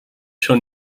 schon